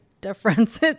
difference